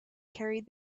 carried